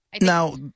Now